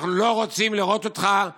אנחנו לא רוצים לראות אותך לידינו,